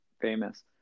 famous